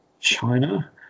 china